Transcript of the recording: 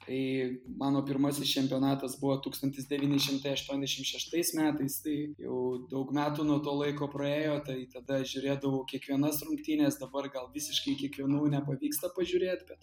tai mano pirmasis čempionatas buvo tūkstantis devyni šimtai aštuondešim šeštais metais tai jau daug metų nuo to laiko praėjo tai tada žiūrėdavau kiekvienas rungtynes dabar gal visiškai kiekvienų nepavyksta pažiūrėt bet